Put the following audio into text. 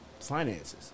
finances